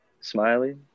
Smiley